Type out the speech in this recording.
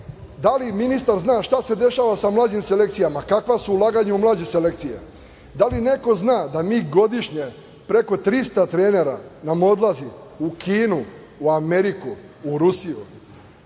Da li ministar zna šta se dešava sa mlađim selekcijama, kakva su ulaganja u mlađe selekcije? Da li neko zna da nam godišnje preko 300 trenera odlazi u Kinu, u Ameriku, u Rusiju?